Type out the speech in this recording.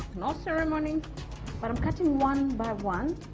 no ceremony but i'm cutting one by one